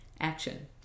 action